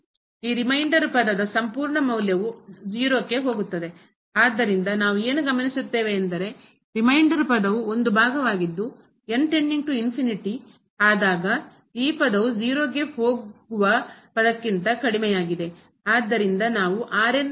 ಈ ರಿಮೈಂಡರ್ ಉಳಿದ ಪದದ ಸಂಪೂರ್ಣ ಮೌಲ್ಯವು 0 ಕ್ಕೆ ಹೋಗುತ್ತದೆ ಆದ್ದರಿಂದ ನಾವು ಏನು ಗಮನಿಸುತ್ತೇವೆ ಎಂದರೆ ರಿಮೈಂಡರ್ ಉಳಿದ ಪದವು ಒಂದು ಭಾಗವಾಗಿದ್ದು ಆದಾಗ ಈ ಪದವು 0 ಗೆ ಹೋಗುವ ಪದಕ್ಕಿಂತ ಕಡಿಮೆಯಾಗಿದೆ ಆದ್ದರಿಂದ ನಾವು ಎಂದು ತೀರ್ಮಾನಿಸಬಹುದು